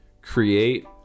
create